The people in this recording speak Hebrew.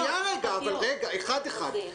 רק רגע, אחד-אחד.